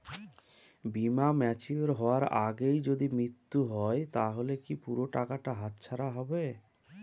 বীমা ম্যাচিওর হয়ার আগেই যদি মৃত্যু হয় তাহলে কি পুরো টাকাটা হাতছাড়া হয়ে যাবে?